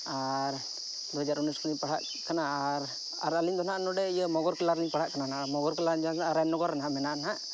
ᱟᱨ ᱫᱩ ᱦᱟᱡᱟᱨ ᱩᱱᱤᱥ ᱠᱷᱚᱱᱜᱮᱞᱤᱧ ᱯᱟᱲᱦᱟᱜ ᱠᱟᱱᱟ ᱟᱨ ᱟᱞᱤᱧᱫᱚ ᱱᱟᱦᱟᱜ ᱱᱚᱰᱮ ᱤᱭᱟᱹ ᱢᱚᱜᱚᱨᱠᱮᱞᱟ ᱨᱮᱞᱤᱧ ᱯᱟᱲᱦᱟᱜ ᱠᱟᱱᱟ ᱢᱚᱜᱚᱨᱠᱮᱞᱟ ᱟᱨᱟᱢᱱᱚᱜᱚᱨ ᱨᱮ ᱢᱮᱱᱟᱜᱼᱟ ᱱᱟᱦᱟᱜ